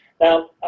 Now